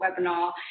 webinar